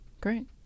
Great